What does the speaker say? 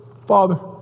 Father